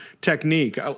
technique